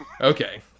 Okay